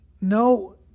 No